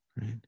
right